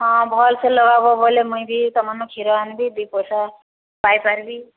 ହଁ ଭଲ୍ସେ ଲଗାବ ବୋଲେ ମୁଇଁ ବି ତମନୁ କ୍ଷୀର ଆଣିବି ଦୁଇ ପଇସା ପାଇପାରିବି